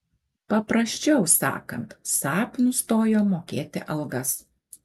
paprasčiau sakant saab nustojo mokėti algas